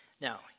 Now